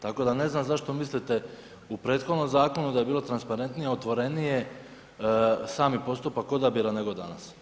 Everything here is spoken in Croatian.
Tako da ne znam zašto mislite u prethodnom zakonu da je bilo transparentnije, otvorenije, sami postupak odabira nego danas.